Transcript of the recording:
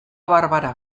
barbara